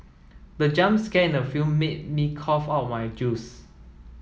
the jump scare in the film made me cough out my juice